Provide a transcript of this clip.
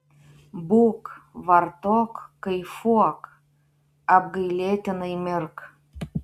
būk vartok kaifuok apgailėtinai mirk